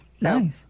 Nice